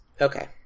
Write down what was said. Okay